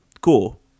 Cool